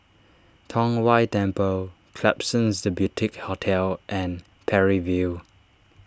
Tong Whye Temple Klapsons the Boutique Hotel and Parry View